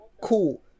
Cool